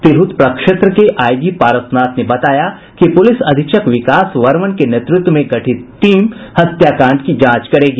तिरहुत प्रक्षेत्र के आईजी पारसनाथ ने बताया कि पुलिस अधीक्षक विकास वर्मन के नेतृत्व में गठित टीम हत्याकांड की जांच करेगी